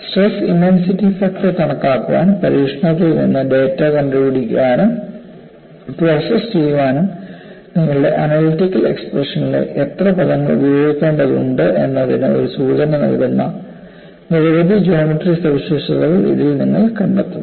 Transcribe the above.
stress intensity factor കണക്കാക്കാൻ പരീക്ഷണത്തിൽ നിന്ന് ഡാറ്റ കണ്ടുപിടിക്കാനും പ്രോസസ്സ് ചെയ്യാനും നിങ്ങളുടെ അനലിറ്റിക്കൽ എക്സ്പ്രഷനിലെ എത്ര പദങ്ങൾ ഉപയോഗിക്കേണ്ടതുണ്ട് എന്നതിന് ഒരു സൂചന നൽകുന്ന നിരവധി ജ്യോമട്രി സവിശേഷതകൾ ഇതിൽ നിങ്ങൾ കണ്ടെത്തുന്നു